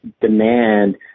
demand